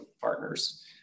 Partners